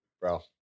bro